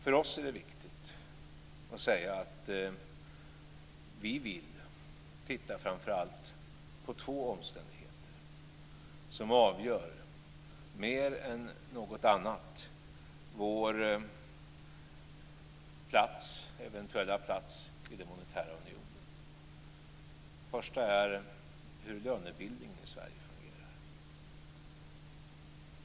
För oss är det viktigt att säga att vi vill titta framför allt på två omständigheter som mer än något annat avgör vår eventuella plats i den monetära unionen. Den första är hur lönebildningen i Sverige fungerar.